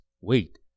wait